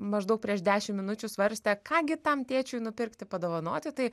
maždaug prieš dešimt minučių svarstė ką gi tam tėčiui nupirkti padovanoti tai